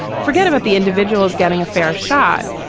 forget about the individuals getting a fair shot.